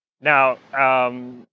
Now